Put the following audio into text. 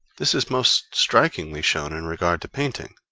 this is most strikingly shown in regard to painting,